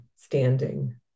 standing